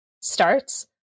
starts